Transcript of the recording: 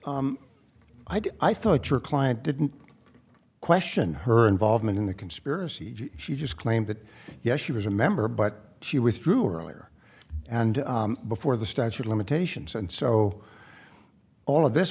i thought your client didn't question her involvement in the conspiracy she just claimed that yes she was a member but she withdrew earlier and before the statute of limitations and so all of this